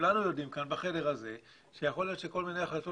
כולנו יודעים כאן שיכול להיות שכל מיני החלטות